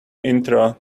intro